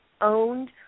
owned